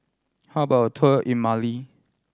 how about a tour in Mali